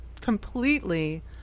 completely